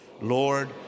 Lord